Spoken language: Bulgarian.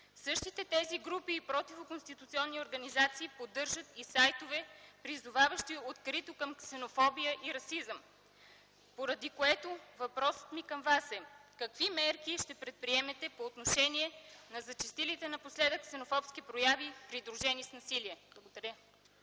Същите тези групи и противоконституционни организации поддържат и сайтове, призоваващи открито към ксенофобия и расизъм. Въпросът ми към Вас по тази причина е следният: какви мерки ще предприемете по отношение зачестилите напоследък ксенофобски прояви, придружени с насилие?